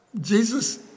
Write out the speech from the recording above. Jesus